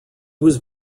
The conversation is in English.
was